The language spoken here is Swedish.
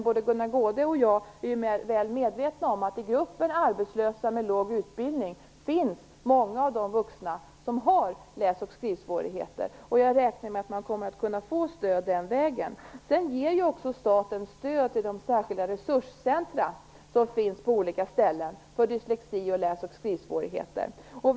Både Gunnar Goude och jag är ju väl medvetna om att många vuxna med läs och skrivsvårigheter återfinns i gruppen arbetslösa med låg utbildning. Jag räknar med att man kommer att kunna få stöd den här vägen. Sedan ger staten också stöd till de särskilda resurscentrum för dyslexi och läs och skrivsvårigheter som finns på olika ställen.